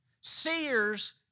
Seers